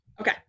Okay